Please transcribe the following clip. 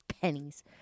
pennies